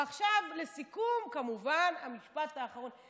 ועכשיו לסיכום, כמובן, המשפט האחרון.